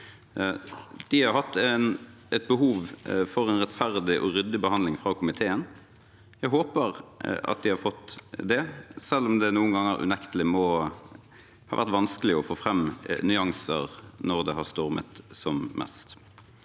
De har hatt et behov for en rettferdig og ryddig behandling fra komiteen. Jeg håper de har fått det, selv om det noen ganger unektelig må ha vært vanskelig å få fram nyanser når det har stormet som mest.